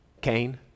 Cain